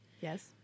Yes